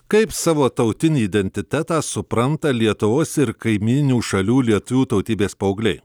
kaip savo tautinį identitetą supranta lietuvos ir kaimyninių šalių lietuvių tautybės paaugliai